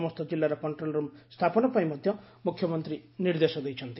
ସମସ୍ତ ଜିଲ୍ଲାରେ control room ସ୍ଥାପନ ପାଇଁ ମଧ୍ୟ ମୁଖ୍ୟମନ୍ତ୍ରୀ ନିର୍ଦ୍ଦେଶ ଦେଇଛନ୍ତି